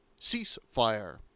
ceasefire